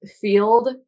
field